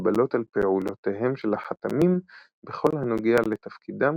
הגבלות על פעולותיהם של החתמים בכל הנוגע לתפקידם